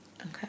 Okay